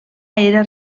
era